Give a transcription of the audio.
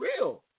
real